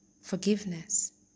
forgiveness